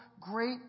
great